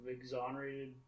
exonerated